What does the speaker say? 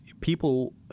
people